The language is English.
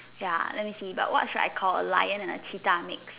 ya let me see but what should I call a lion or a cheetah mix